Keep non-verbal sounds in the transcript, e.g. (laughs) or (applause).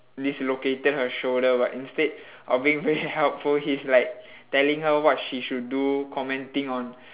dislocated her shoulder but instead of being (laughs) very helpful he's like telling her what she should do commenting on